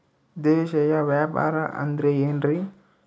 ದೇಶೇಯ ವ್ಯಾಪಾರ ಅಂದ್ರೆ ಏನ್ರಿ?